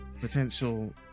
potential